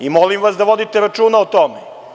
I molim vas da vodite računa o tome.